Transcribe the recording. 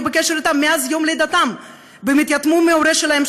בקשר אתם מאז יום לידתם והם התייתמו מההורה שלהם,